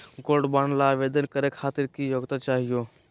Gold bond ल आवेदन करे खातीर की योग्यता चाहियो हो?